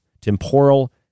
temporal